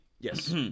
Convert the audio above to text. Yes